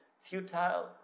futile